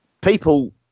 people